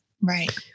right